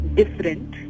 different